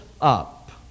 up